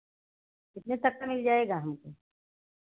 कितने तक का मिल जाएगा हमको